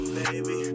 baby